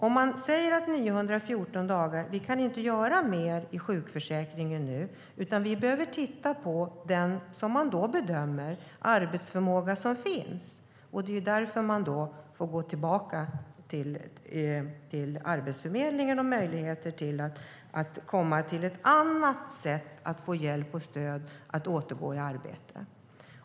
Efter 914 dagar sägs att man inte kan göra mer inom sjukförsäkringen utan man behöver bedöma vilken arbetsförmåga som finns. Det är därför som dessa personer får gå tillbaka till Arbetsförmedlingen för att man ska se vilka möjligheter som finns för att komma fram till ett annat sätt för dem att få hjälp och stöd för att återgå i arbete.